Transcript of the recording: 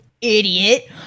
idiot